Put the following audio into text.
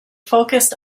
focused